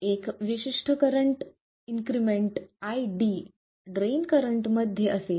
एक विशिष्ट current increment iD drain current मध्ये असेल